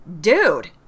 dude